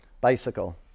Bicycle